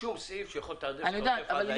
שום סעיף שיכול לתעדף את עוטף עזה.